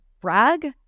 brag